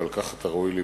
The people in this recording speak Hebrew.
ועל כך אתה ראוי לברכה.